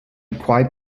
quite